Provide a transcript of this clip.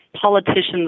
politicians